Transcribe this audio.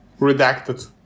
Redacted